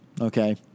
Okay